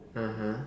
(uh huh)